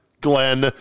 Glenn